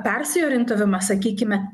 persiorientavimas sakykime